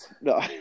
no